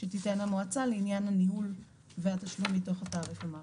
שתייתן המועצה לעניין הניהול והתשלום מתך התעריף המערכתי.